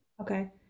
Okay